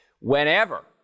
Whenever